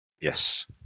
Yes